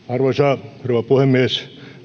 arvoisa rouva puhemies